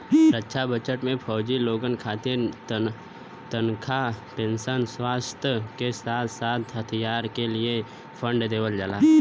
रक्षा budget में फौजी लोगन खातिर तनखा पेंशन, स्वास्थ के साथ साथ हथियार क लिए फण्ड देवल जाला